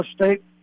State